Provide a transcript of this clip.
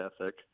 ethic